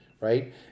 Right